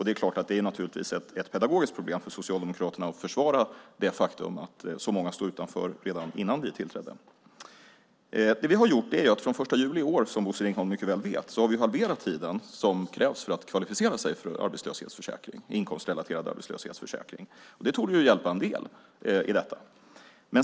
Det är naturligtvis ett pedagogiskt problem för Socialdemokraterna att försvara det faktum att så många stod utanför redan innan vi tillträdde. Som Bosse Ringholm mycket väl vet krävs det från den 1 juli i år endast en halverad tid för att kvalificera sig för inkomstrelaterad arbetslöshetsförsäkring. Det torde hjälpa en del.